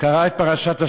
קרא את פרשת השבוע,